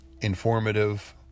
informative